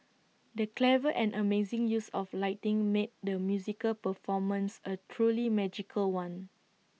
the clever and amazing use of lighting made the musical performance A truly magical one